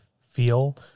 feel